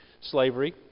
slavery